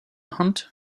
hunt